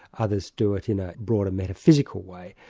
others do it in a broader metaphysical way.